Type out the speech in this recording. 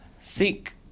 seek